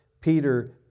Peter